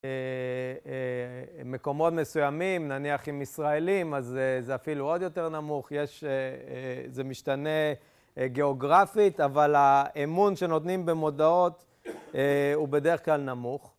מקומות מסוימים, נניח עם ישראלים, אז זה אפילו עוד יותר נמוך. זה משתנה גאוגרפית, אבל האמון שנותנים במודעות הוא בדרך כלל נמוך.